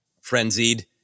frenzied